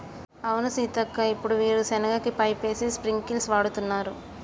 అవును సీతక్క ఇప్పుడు వీరు సెనగ కి పైపేసి స్ప్రింకిల్స్ వాడుతున్నారు